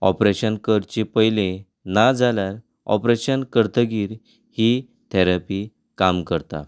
operation करचे पयलीं ना जाल्यार ऑपरेशन करतकच ही थॅरपी काम करता